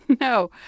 No